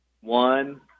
one